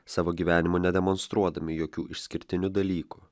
savo gyvenimu nedemonstruodami jokių išskirtinių dalykų